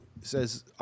says